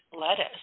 lettuce